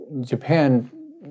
Japan